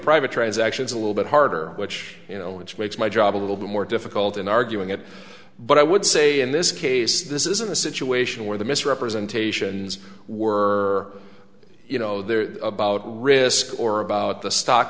private transactions a little bit harder which you know which makes my job a little bit more difficult in arguing it but i would say in this case this isn't a situation where the misrepresentations were you know they're about risks or about the stock